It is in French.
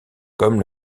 comme